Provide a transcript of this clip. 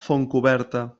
fontcoberta